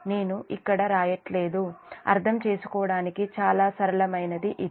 నేను ఇక్కడ రాయట్లేదు అర్థం చేసుకోవడానికి చాలా సరళమైనది ఇది